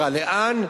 לאן?